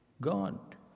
God